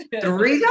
three